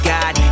God